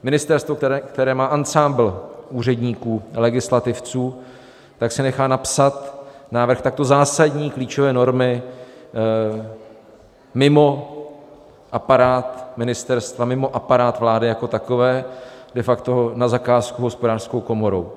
Ministerstvo, které má ansámbl úředníků legislativců, si nechá napsat návrh takto zásadní, klíčové normy mimo aparát ministerstva, mimo aparát vlády jako takové, de facto na zakázku Hospodářskou komorou.